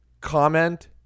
comment